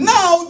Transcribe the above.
Now